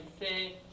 say